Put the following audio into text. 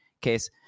case